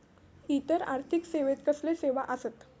इतर आर्थिक सेवेत कसले सेवा आसत?